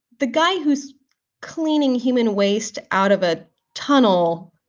the guy who's cleaning human waste out of a tunnel,